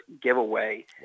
giveaway